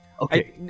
Okay